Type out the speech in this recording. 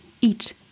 eat